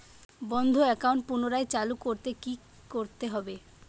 বন্ধ একাউন্ট পুনরায় চালু করতে কি করতে হবে?